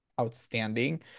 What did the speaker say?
outstanding